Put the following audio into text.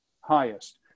highest